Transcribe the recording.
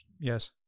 Yes